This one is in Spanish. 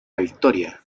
victoria